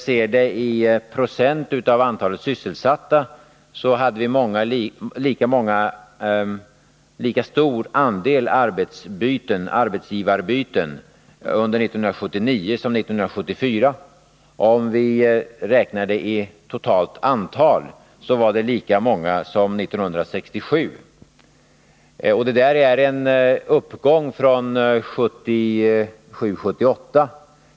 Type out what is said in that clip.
Sett i procent av antalet sysselsatta hade vi lika stor andel arbetsgivarbyten under 1979 som under 1974. I totalt antal var de lika många som under 1967. Från 1977-1978 har en uppgång skett.